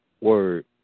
word